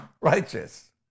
righteous